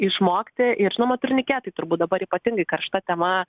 išmokti ir žinoma turniketai turbūt dabar ypatingai karšta tema